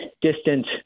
distant